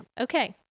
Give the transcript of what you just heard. okay